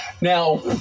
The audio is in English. now